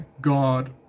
god